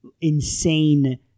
insane